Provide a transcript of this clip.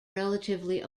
relatively